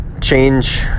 change